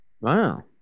Wow